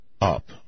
up